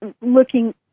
looking